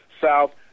South